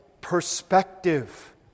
perspective